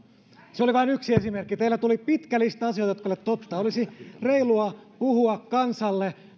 se oli vain yksi esimerkki teillä tuli pitkä lista asioita jotka eivät ole totta olisi reilua puhua kansalle